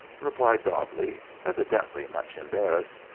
replied dobbleigh, evidently much embarrassed.